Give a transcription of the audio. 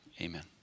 amen